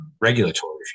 regulatory